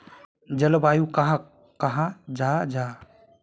जलवायु कहाक कहाँ जाहा जाहा?